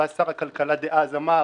בא שר הכלכלה דאז ואמר